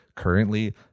Currently